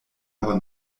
aber